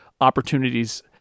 opportunities